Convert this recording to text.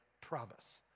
promise